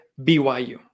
BYU